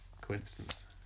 Coincidence